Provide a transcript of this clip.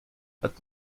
hat